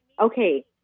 okay